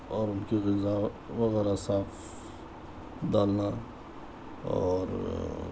اور ان کی غذا وغیرہ صاف ڈالنا اور